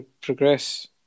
progress